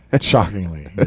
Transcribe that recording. Shockingly